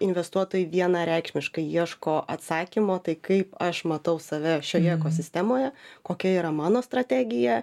o investuotojai vienareikšmiškai ieško atsakymo tai kaip aš matau save šioje ekosistemoje kokia yra mano strategija